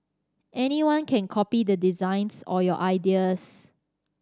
anyone can copy the designs or your ideas